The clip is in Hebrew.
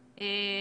ענפים.